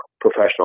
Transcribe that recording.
professional